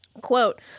Quote